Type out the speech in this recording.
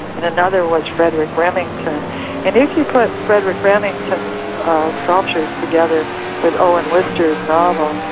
and another was frederick remington and if you put frederick remington's ah sculptures together with owen wister's novel,